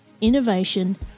innovation